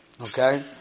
Okay